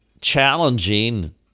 challenging